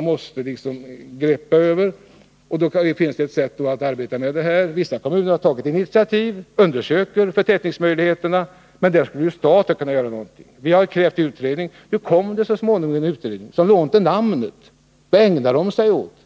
måste man liksom greppa över. Vissa kommuner har tagit initiativ och undersöker förtätningsmöjligheterna, men här skulle ju staten kunna göra någonting. Vi har krävt att det skulle tillsättas en utredning. Så småningom blev det också en utredning, till namnet. Vad ägnar den sig åt?